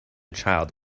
child